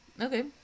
Okay